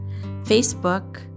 Facebook